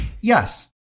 Yes